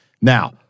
Now